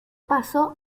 pasó